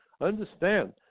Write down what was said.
understand